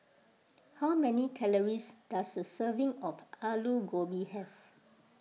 how many calories does a serving of Alu Gobi have